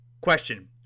Question